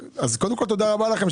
קודם כל תודה רבה לכם.